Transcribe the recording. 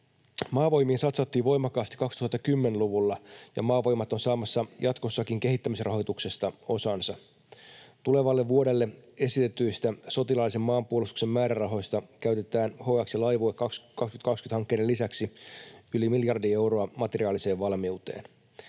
Maavoimiin satsattiin voimakkaasti 2010-luvulla, ja Maavoimat on saamassa jatkossakin kehittämisrahoituksesta osansa. Tulevalle vuodelle esitetyistä sotilaallisen maanpuolustuksen määrärahoista käytetään HX- ja Laivue 2020 ‑hankkeiden lisäksi yli miljardi euroa materiaaliseen valmiuteen.